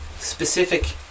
Specific